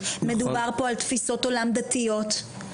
מדובר פה על תפיסות עולם דתיות.